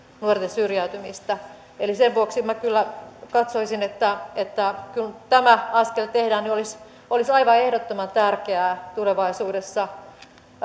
nuorten syrjäytymistä eli sen vuoksi minä kyllä katsoisin että että kun tämä askel tehdään niin olisi aivan ehdottoman tärkeää tulevaisuudessa